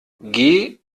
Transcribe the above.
geh